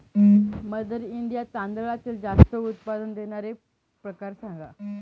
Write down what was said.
mother India तांदळातील जास्त प्रमाणात उत्पादन देणारे प्रकार सांगा